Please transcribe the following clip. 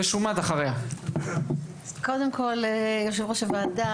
יושב-ראש הוועדה,